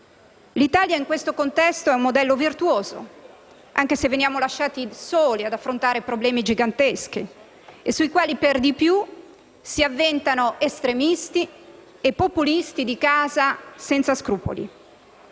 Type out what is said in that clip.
L'Italia in questo contesto è un modello virtuoso, anche se veniamo lasciati soli ad affrontare problemi giganteschi, sui quali, per di più, si avventano estremisti e populisti di casa senza scrupoli.